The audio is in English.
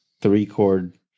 three-chord